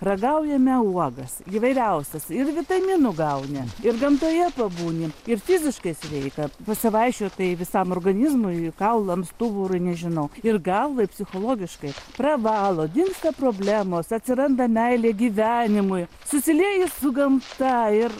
ragaujame uogas įvairiausias ir vitaminų gauni ir gamtoje pabūni ir fiziškai sveika pasivaikščiot tai visam organizmui kaulams stuburui nežinau ir galvai psichologiškai pravalo dingsta problemos atsiranda meilė gyvenimui susilieji su gamta ir